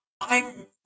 I'm-